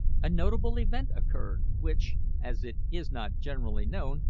a notable event occurred, which, as it is not generally known,